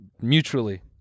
mutually